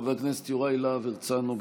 חבר הכנסת יוראי להב הרצנו,